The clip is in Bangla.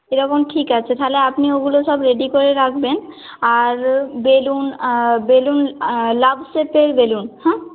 এরকম ঠিক আছে তাহলে আপনি ওগুলো সব রেডি করে রাখবেন আর বেলুন বেলুন লাভ শেপের বেলুন হ্যাঁ